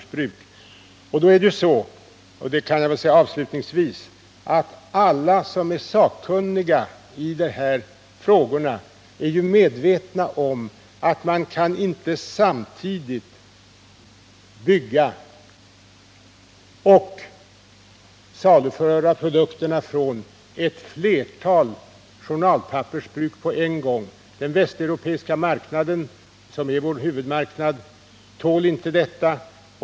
Avslutningsvis vill jag säga att alla sakkunniga i dessa frågor är medvetna om att man inte på en gång kan bygga upp och saluföra produkterna från ett flertal journalpappersbruk. Den västeuropeiska marknaden, som är vår huvudmarknad, tål inte detta.